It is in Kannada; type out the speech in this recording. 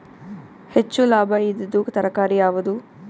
ಹೆಚ್ಚು ಲಾಭಾಯಿದುದು ತರಕಾರಿ ಯಾವಾದು?